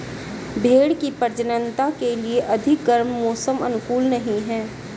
भेंड़ की प्रजननता के लिए अधिक गर्म मौसम अनुकूल नहीं है